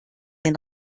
den